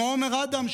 עומר אדם,